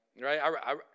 Right